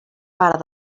part